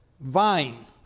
vine